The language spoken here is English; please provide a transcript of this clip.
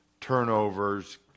turnovers